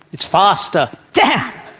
it's faster. damn!